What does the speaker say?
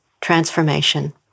transformation